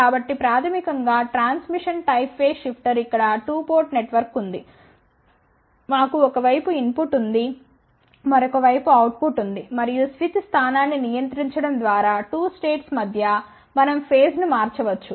కాబట్టి ప్రాథమికం గా ట్రాన్స్మిషన్ టైప్ ఫేజ్ షిఫ్టర్ ఇక్కడ 2 పోర్ట్ నెట్వర్క్ ఉంది మాకు ఒక వైపు ఇన్ పుట్ ఉంది మరొక వైపు అవుట్ పుట్ ఉంది మరియు స్విచ్ స్థానాన్ని నియంత్రించడం ద్వారా 2 స్టేట్స్ మధ్య మనం ఫేజ్ ను మార్చవచ్చు